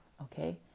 okay